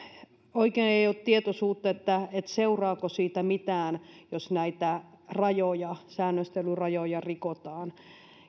oikein ei ole tietoisuutta seuraako siitä mitään jos näitä rajoja säännöstelyrajoja rikotaan